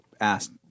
asked